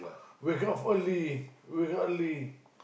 wake up early wake up early